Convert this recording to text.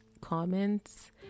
comments